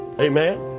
Amen